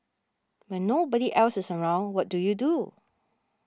when nobody else is around what do you do